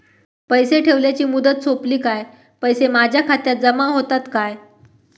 पैसे ठेवल्याची मुदत सोपली काय पैसे माझ्या खात्यात जमा होतात काय?